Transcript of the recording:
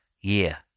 year